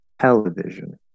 Television